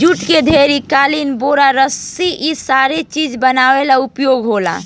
जुट के दरी, कालीन, बोरा, रसी इ सारा चीज बनावे ला उपयोग होखेला